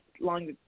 long